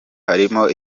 harimo